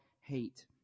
hate